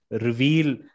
reveal